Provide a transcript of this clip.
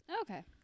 Okay